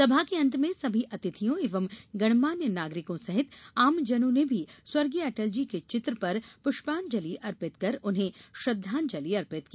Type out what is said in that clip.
सभा के अंत में सभी अतिथियों एवं गणमान्य नागरिकों सहित आमजनों ने भी स्व अटलजी के चित्र पर पुष्पांजलि अर्पित कर उन्हें श्रद्वांजलि अर्पित की